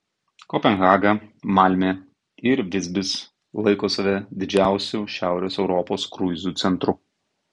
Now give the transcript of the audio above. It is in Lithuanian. kopenhaga malmė ir visbis laiko save didžiausiu šiaurės europos kruizų centru